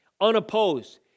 unopposed